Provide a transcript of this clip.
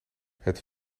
het